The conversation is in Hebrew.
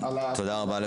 תודה רבה.